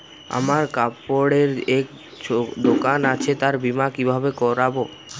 আমার কাপড়ের এক দোকান আছে তার বীমা কিভাবে করবো?